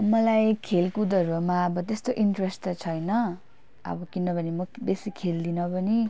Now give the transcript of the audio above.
मलाई खेलकुदहरूमा आबो त्यस्तो इन्ट्रेस त छैन आबो किनभने मो बेसी खेल्दिन पनि